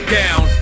down